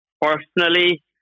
personally